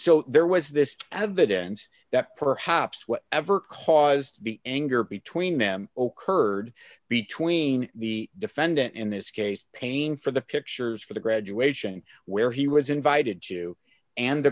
so there was this evidence that perhaps whatever caused the anger between them ocurred between the defendant in this case paying for the pictures for the graduation where he was invited to and the